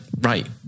right